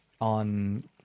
on